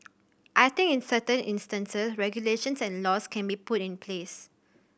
I think in certain instances regulations and laws can be put in place